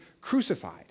crucified